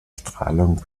strahlung